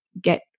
get